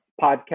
podcast